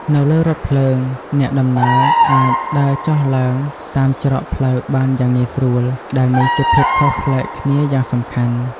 នៅលើរថភ្លើង អ្នកដំណើរអាច ដើរចុះឡើង តាមច្រកផ្លូវបានយ៉ាងងាយស្រួល ដែលនេះជាភាពខុសប្លែកគ្នាយ៉ាងសំខាន់។